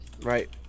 Right